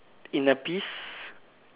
inner peace